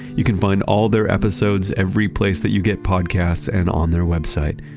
you can find all their episodes every place that you get podcasts and on their website,